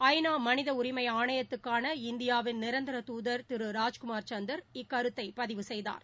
ஐ நா மனித உரிமை ஆணையத்துக்கான இந்தியாவின் நிரந்தர துதர் திரு ராஜ்குமார் சந்தர் இக்கருத்தை பதிவு செய்தார்